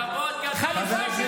מה הבעיה?